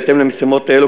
בהתאם למשימות אלו,